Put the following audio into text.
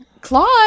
Claude